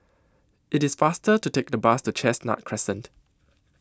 IT IS faster to Take The Bus to Chestnut Crescent